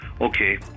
okay